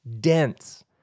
dense